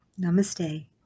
Namaste